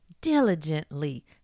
diligently